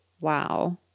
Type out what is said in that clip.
Wow